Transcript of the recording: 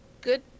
good